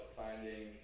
finding